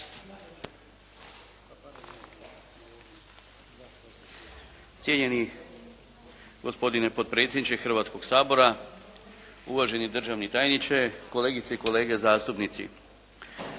Cijenjeni gospodine potpredsjedniče Hrvatskoga sabora, uvaženi državni tajniče, kolegice i kolege zastupnici.